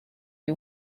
who